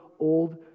old